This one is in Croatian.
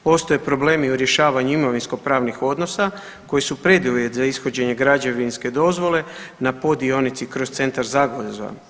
Postoje problemi u rješavanju imovinskopravnih odnosa koji su preduvjet za ishođenje građevinske dozvole na pod dionici kroz centar Zagvozda.